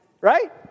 right